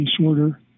disorder